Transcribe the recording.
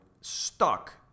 stuck